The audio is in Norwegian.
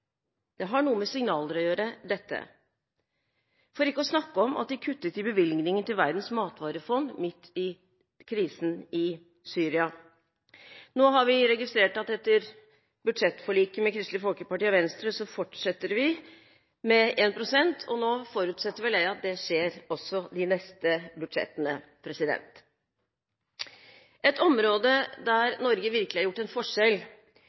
dette har noe med signaler å gjøre – for ikke å snakke om at de kuttet i bevilgningen til verdens matvarefond midt i krisen i Syria. Nå har vi registrert at etter budsjettforliket med Kristelig Folkeparti og Venstre, fortsetter vi med 1 pst., og nå forutsetter jeg vel at det skjer også i de neste budsjettene. Et område der Norge virkelig har gjort en forskjell,